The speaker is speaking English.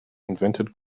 invented